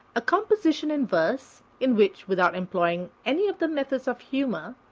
a composition in verse, in which, without employing any of the methods of humor,